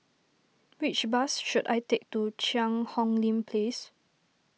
which bus should I take to Cheang Hong Lim Place